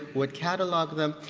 would catalog them.